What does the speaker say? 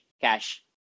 cash